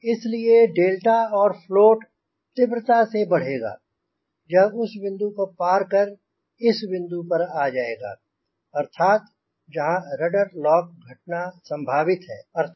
इसलिए delta R float तीव्रता से बढ़ेगा यह उस विंदू को पार कर इस बिंदु पर आ जाएगा अर्थात जहाँ रडर लॉक घटना संभावित है